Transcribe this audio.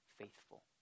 faithful